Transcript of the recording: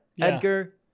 Edgar